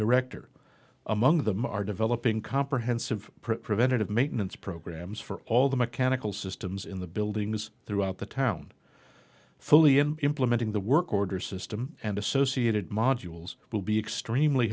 director among them are developing comprehensive preventative maintenance programs for all the mechanical systems in the buildings throughout the town fully in implementing the work order system and associated modules will be extremely